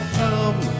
come